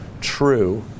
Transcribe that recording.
true